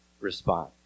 respond